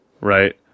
right